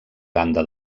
banda